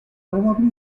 probably